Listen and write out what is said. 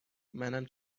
منم